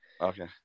Okay